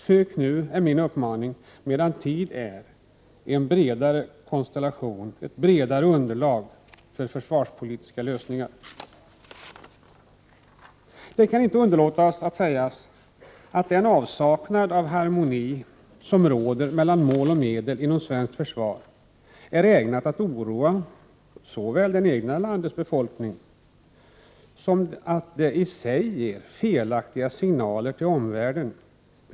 Sök nu, är min uppmaning, medan tid är ett bredare underlag för försvarspolitiska lösningar! Jag kan inte underlåta att säga att den avsaknad av harmoni som råder mellan mål och medel inom svenskt försvar är ägnad att oroa det egna landets befolkning och ger felaktiga signaler till omvärlden beträffande vår vakthåll Prot.